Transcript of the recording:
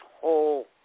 whole